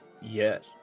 Yes